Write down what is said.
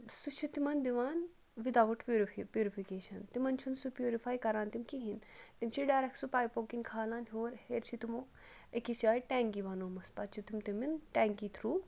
سُہ چھُ تِمَن دِوان وِد آوُٹ پیوٗرف پیوٗرِفِکیشَن تِمَن چھُنہٕ سُہ پیوٗرِفاے کَران تِم کِہیٖنۍ تِم چھِ ڈایرک سُہ پایپو کِنۍ کھالان ہیوٚر ہیٚرِ چھِ تِمو أکِس جایہِ ٹینٛکی بَنومٕژ پَتہٕ چھِ تِم تِمن ٹینکی تھرٛوٗ